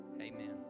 Amen